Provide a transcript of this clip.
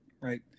right